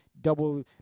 double